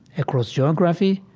across geography,